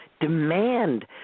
Demand